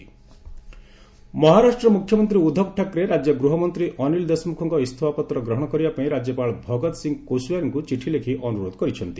Maharashtra home ministry Maharashtra ମୁଖ୍ୟମନ୍ତ୍ରୀ ଉଦ୍ଧବ ଠାକ୍ରେ ରାଜ୍ୟ ଗୃହମନ୍ତ୍ରୀ ଅନୀଲ ଦେଶମୁଖଙ୍କ ଇସ୍ତଫାପତ୍ର ଗ୍ରହଣ କରିବା ପାଇଁ ରାଜ୍ୟପାଳ ଭଗତ ସିଂ କୋଶୟାରୀଙ୍କୁ ଚିଠି ଲେଖି ଅନୁରୋଧ କରିଛନ୍ତି